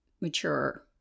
mature